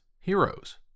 Heroes